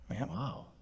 Wow